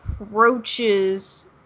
approaches